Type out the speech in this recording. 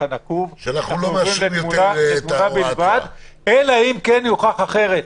הנקוב - תמונה בלבד אלא אם כן יוכח אחרת?